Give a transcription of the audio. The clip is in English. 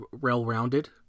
well-rounded